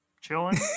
chilling